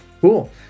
Cool